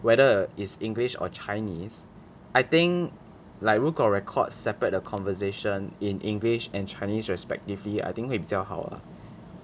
whether is english or chinese I think like 如果 record separate 的 conversation in english and chinese respectively I think 会比较好 ah